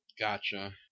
Gotcha